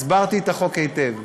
הסברתי את החוק היטב,